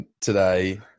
today